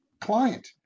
client